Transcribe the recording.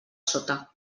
sota